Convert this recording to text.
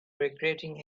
regretting